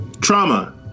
Trauma